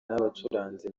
n’abacuranzi